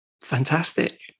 Fantastic